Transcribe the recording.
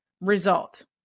result